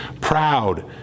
proud